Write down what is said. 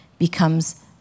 becomes